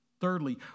Thirdly